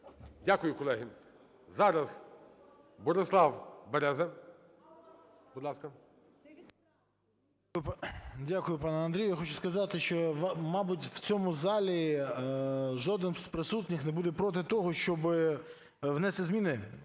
Дякую, колеги. Зараз Борислав Береза. Будь ласка. 17:15:15 БЕРЕЗА Б.Ю. Дякую, пане Андрію. Я хочу сказати, що, мабуть, в цьому залі жоден з присутніх не буде проти того, щоби внести зміни